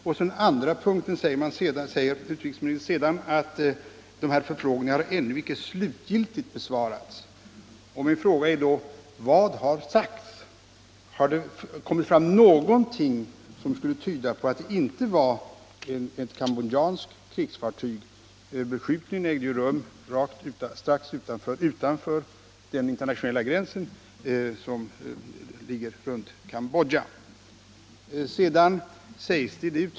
På den andra punkten säger utrikesministern att förfrågningarna ännu icke slutgiltigt besvarats. Min fråga är då: Vad har sagts? Har det kommit fram någonting som tyder på att det inte var ett cambodjanskt krigsfartyg? Beskjutningen ägde ju rum utanför Cambodjas internationella gräns.